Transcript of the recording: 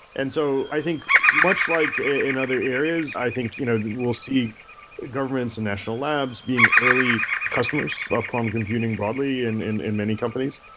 and so i think much like in other areas, i think you know we'll see governments in national labs being early customers of quantum computing broadly in in many companies.